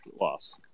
loss